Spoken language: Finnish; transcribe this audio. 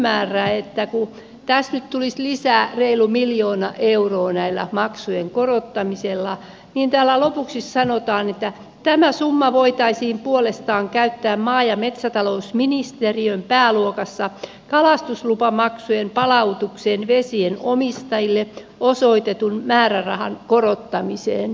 että kun tässä nyt tulisi lisää reilu miljoona euroa maksujen korottamisella täällä lopuksi sanotaan että tämä summa voitaisiin puolestaan käyttää maa ja metsätalousministeriön pääluokassa kalastuslupamaksujen palautukseen vesien omistajille osoitetun määrärahan korottamiseen